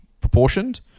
proportioned